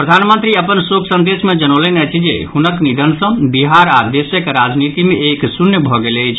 प्रधानमंत्री अपन शोक संदेश मे जनौलनि अछि जे हुनक निधन सँ बिहार आओर देशक राजनीति मे एक शून्य भऽ गेल अछि